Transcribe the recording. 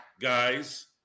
guys